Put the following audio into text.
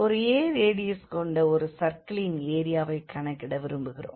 ஒரு a radius கொண்ட ஒரு சர்க்கிளின் ஏரியாவைக் கணக்கிட விரும்புகிறோம்